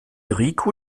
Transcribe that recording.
rico